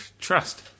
Trust